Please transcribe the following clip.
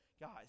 guys